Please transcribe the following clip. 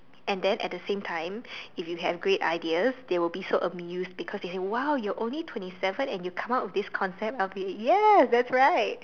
and then at the same time if you have great ideas they will be so amuse because they say !wow! you're only twenty seven and you come up with this concept well okay ya that's right